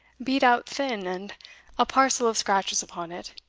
beat out thin, and a parcel of scratches upon it.